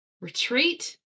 retreat